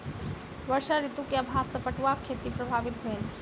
वर्षा ऋतू के अभाव सॅ पटुआक खेती प्रभावित भेल